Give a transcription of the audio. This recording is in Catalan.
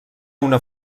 una